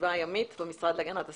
הסביבה הימית במשרד להגנת הסביבה.